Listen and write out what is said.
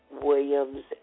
Williams